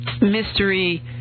mystery